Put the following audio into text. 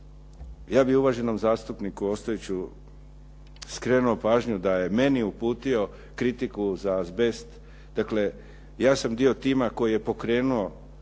Ja bih uvaženom zastupniku Ostojiću skrenuo pažnju da je meni uputio kritiku za azbest, dakle, ja sam dio tima koji je pokrenuo